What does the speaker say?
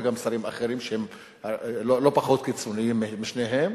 וגם שרים אחרים שהם לא פחות קיצוניים משניהם